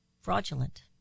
fraudulent